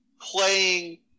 playing –